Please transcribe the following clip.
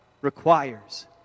requires